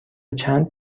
چند